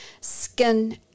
skin